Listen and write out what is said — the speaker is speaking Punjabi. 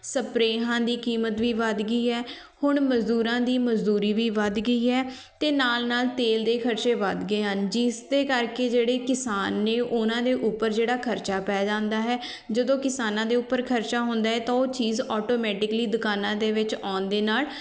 ਸਪਰੇਹਾਂ ਦੀ ਕੀਮਤ ਵੀ ਵੱਧ ਗਈ ਹੈ ਹੁਣ ਮਜ਼ਦੂਰਾਂ ਦੀ ਮਜ਼ਦੂਰੀ ਵੀ ਵੱਧ ਗਈ ਹੈ ਅਤੇ ਨਾਲ ਨਾਲ ਤੇਲ ਦੇ ਖਰਚੇ ਵਧ ਗਏ ਹਨ ਜਿਸ ਦੇ ਕਰਕੇ ਜਿਹੜੇ ਕਿਸਾਨ ਨੇ ਉਹਨਾਂ ਦੇ ਉੱਪਰ ਜਿਹੜਾ ਖਰਚਾ ਪੈ ਜਾਂਦਾ ਹੈ ਜਦੋਂ ਕਿਸਾਨਾਂ ਦੇ ਉੱਪਰ ਖਰਚਾ ਹੁੰਦਾ ਹੈ ਤਾਂ ਉਹ ਚੀਜ਼ ਆਟੋਮੈਟਿਕਲੀ ਦੁਕਾਨਾਂ ਦੇ ਵਿੱਚ ਆਉਣ ਦੇ ਨਾਲ